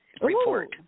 report